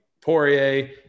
Poirier